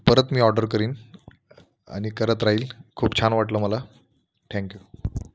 परत मी ऑर्डर करीन आणि करत राहिल खूप छान वाटलं मला ठँक्यू